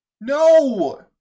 no